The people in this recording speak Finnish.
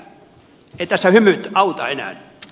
ei tässä hymyt auta enää